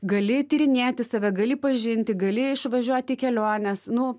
gali tyrinėti save gali pažinti gali išvažiuoti į keliones nu